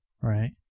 Right